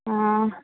हा